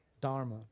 dharma